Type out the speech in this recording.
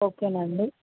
okay అండి